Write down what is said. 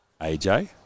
AJ